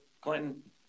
Clinton